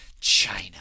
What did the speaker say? China